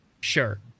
sure